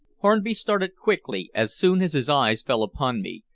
hornby started quickly as soon as his eyes fell upon me,